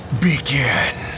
begin